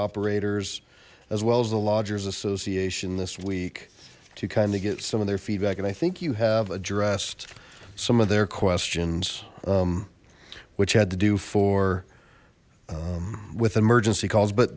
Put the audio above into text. operators as well as the lodgers association this week to kind of get some of their feedback and i think you have addressed some of their questions which had to do for with emergency calls but